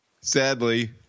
Sadly